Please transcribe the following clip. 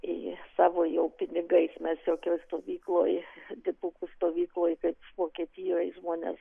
į savo jau pinigais mes jokioj stovykloj dipukų stovykloj tai vokietijoj žmonės